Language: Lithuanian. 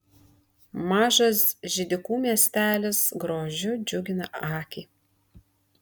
mažas židikų miestelis grožiu džiugina akį